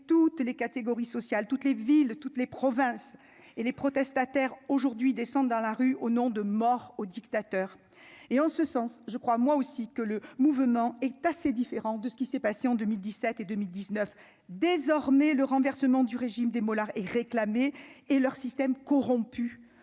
toutes les catégories sociales, toutes les villes toutes les provinces et les protestataires aujourd'hui descendent dans la rue, au nom de Mort au dictateur et en ce sens je crois moi aussi que le mouvement est assez différent de ce qui s'est passé en 2017 et 2019 désormais le renversement du régime des mollahs et réclamé et leur système corrompu